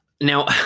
now